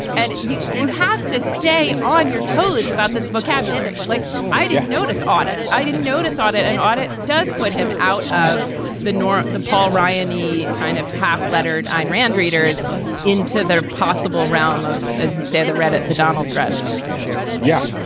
and you you have to stay on your toes about this vocabulary like idea, notice, audit. i didn't notice audit. an audit does put him out of the norm. the paul ryan, any kind of half lettered ayn rand readers into their possible realm of, as you say that read it the donald thread yeah,